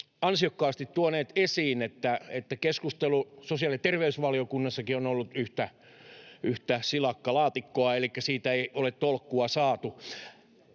ansiokkaasti tuoneet esiin, keskustelu sosiaali- ja terveysvaliokunnassakin on ollut yhtä silakkalaatikkoa, elikkä siitä ei ole tolkkua saatu.